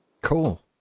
cool